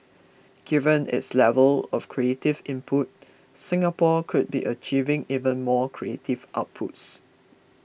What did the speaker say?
given its level of creative input Singapore could be achieving even more creative outputs